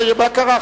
מה קרה,